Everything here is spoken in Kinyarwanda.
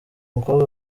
mukobwa